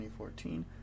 2014